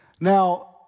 Now